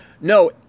No